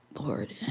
Lord